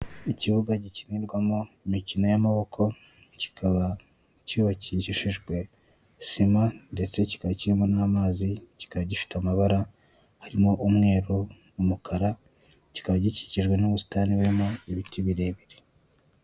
Ikibuga gikinirwamo imikino y'amaboko, kikaba cyubakishijwe sima ndetse kikaba kirimo n'amazi, kikaba gifite amabara arimo umweru, umukara, kikaba gikikijwe n'ubusitani burimo ibiti birebire.